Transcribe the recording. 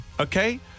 okay